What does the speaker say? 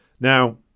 Now